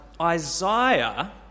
Isaiah